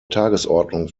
tagesordnung